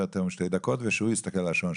יותר משתי דקות ושהוא יסתכל על השעון,